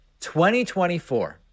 2024